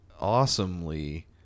awesomely